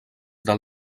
del